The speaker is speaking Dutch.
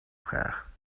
graag